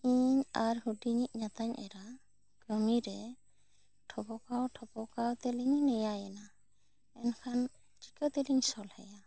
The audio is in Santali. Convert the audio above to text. ᱤᱧ ᱟᱨ ᱦᱩᱰᱤᱧᱤᱧ ᱧᱟ ᱛᱟ ᱧ ᱮᱨᱟ ᱠᱟ ᱢᱤ ᱨᱮ ᱴᱷᱚᱣᱠᱟᱣ ᱴᱷᱚᱣᱠᱟᱣ ᱛᱮᱞᱤᱧ ᱱᱮᱭᱟᱭ ᱮᱱᱟ ᱮᱱᱠᱷᱟᱱ ᱪᱤᱠᱟ ᱛᱮᱞᱤᱧ ᱥᱚᱞᱦᱮ ᱭᱟ